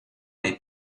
les